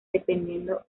dependiendo